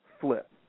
Flip